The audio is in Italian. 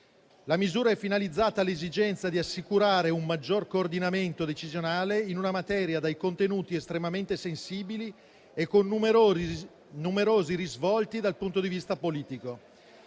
La misura è finalizzata all'esigenza di assicurare un maggior coordinamento decisionale in una materia dai contenuti estremamente sensibili e con numerosi risvolti dal punto di vista politico.